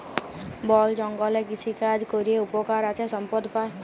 বল জঙ্গলে কৃষিকাজ ক্যরে উপকার আছে সম্পদ পাই